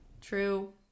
true